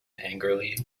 angrily